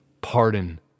pardon